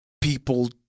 people